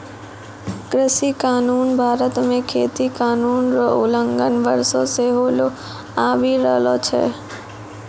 कृषि कानून भारत मे खेती कानून रो उलंघन वर्षो से होलो आबि रहलो छै